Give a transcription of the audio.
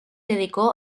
dedicó